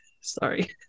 Sorry